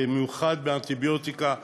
במיוחד באנטיביוטיקה,